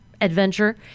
Adventure